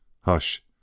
Hush